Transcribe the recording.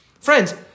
Friends